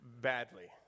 badly